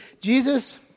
Jesus